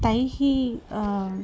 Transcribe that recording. तैः